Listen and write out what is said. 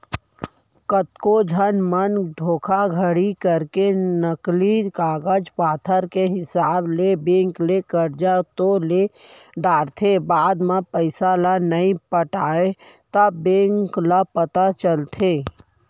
कतको झन मन धोखाघड़ी करके नकली कागज पतर के हिसाब ले बेंक ले करजा तो ले डरथे बाद म पइसा ल नइ पटावय तब बेंक ल पता चलथे